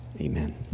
amen